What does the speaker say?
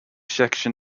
section